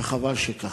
וחבל שכך.